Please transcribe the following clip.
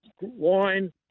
wine